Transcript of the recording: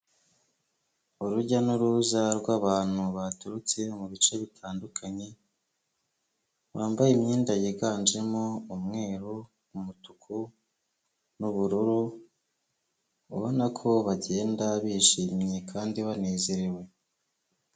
Urujya n'uruza rw'abantu baturutse mu bice bitandukanye bambaye imyenda yiganjemo umweru, umutuku n'ubururu, ubona ko bagenda bishimye kandi banezerewe.